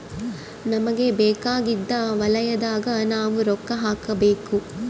ನಮಗ ಬೇಕಾಗಿದ್ದ ವಲಯದಾಗ ನಾವ್ ರೊಕ್ಕ ಹಾಕಬೇಕು